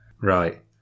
Right